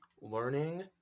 learning